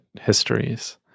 histories